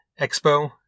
Expo